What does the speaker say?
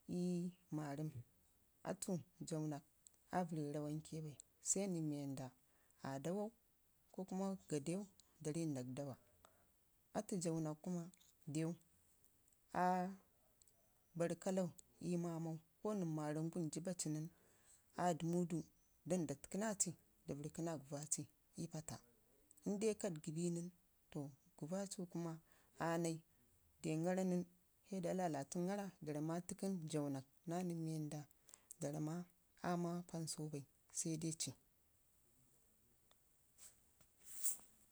ii marəm bitu jaawənak aa vərre rawanke ɓai sai nən wanda aa dawau kokuma gaadau da rii ndak dawo. Atu jaawə nak kuma dew aa barr kallau ii mamah ko nən marəm ngum jibba ci nən aa dəmudu dan ba təkə na ci da vərrkina gəvaa ci ii paata inde ka digə binən to gəvaaci kuma aanai, dangara nən kuma sai da lalatəngara da ram, ma təkən jaawə nok naa nən wanda ramma aa sai dai ci.